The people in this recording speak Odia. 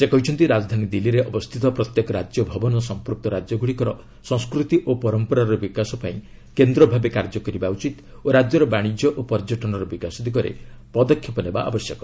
ସେ କହିଛନ୍ତି ରାଜଧାନୀ ଦିଲ୍ଲୀରେ ଅବସ୍ଥିତ ପ୍ରତ୍ୟେକ ରାଜ୍ୟ ଭବନ ସଂପ୍ରକ୍ତ ରାଜ୍ୟଗୁଡ଼ିକର ସଂସ୍କୃତି ଓ ପରମ୍ପରାର ବିକାଶ ପାଇଁ କେନ୍ଦ୍ରଭାବେ କାର୍ଯ୍ୟ କରିବା ଉଚିତ୍ ଓ ରାଜ୍ୟର ବାଶିଜ୍ୟ ଓ ପର୍ଯ୍ୟଟନର ବିକାଶ ଦିଗରେ ପଦକ୍ଷେପ ନେବା ଆବଶ୍ୟକ